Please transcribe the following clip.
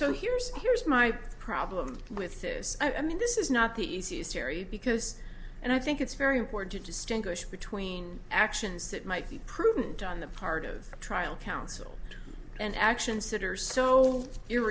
so here's here's my problem with this i mean this is not the easiest terry because and i think it's very important to distinguish between actions that might be prudent on the part of trial counsel and actions that are so